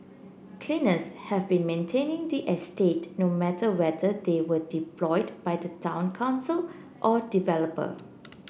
cleaners have been maintaining the estate no matter whether they were deployed by the town council or developer